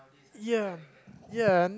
ya ya and